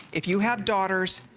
if you have daughters,